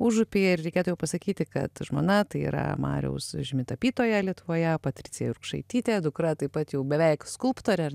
užupyje ir reikėtų jau pasakyti kad žmona tai yra mariaus žymi tapytoja lietuvoje patricija jurkšaitytė dukra taip pat jau beveik skulptorė ir